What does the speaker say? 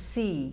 see